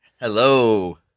Hello